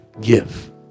give